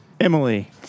Emily